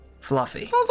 Fluffy